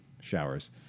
showers